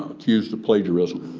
excuse the plagiarism.